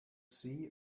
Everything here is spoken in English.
sea